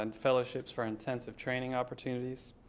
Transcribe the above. and fellowships for intensive training opportunities,